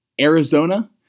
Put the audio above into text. Arizona